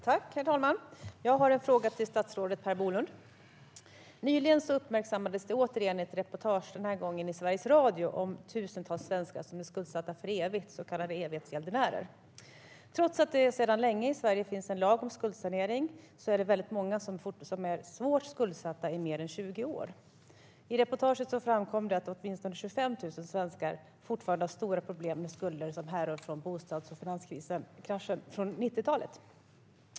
Herr talman! Jag har en fråga till statsrådet Per Bolund. Nyligen uppmärksammades det återigen i ett reportage, denna gång i Sveriges Radio, att tusentals svenskar är skuldsatta för evigt - så kallade evighetsgäldenärer. Trots att det sedan länge finns en lag om skuldsanering i Sverige är det väldigt många som är svårt skuldsatta i mer än 20 år. I reportaget framkom att åtminstone 25 000 svenskar fortfarande har stora problem med skulder som härrör från 90-talets bostadskrasch och finanskris.